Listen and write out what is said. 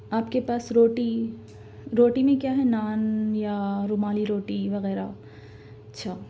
آپ کے پاس روٹی روٹی میں کیا ہے نان یا رومالی روٹی وغیرہ اچھا